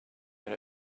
that